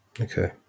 Okay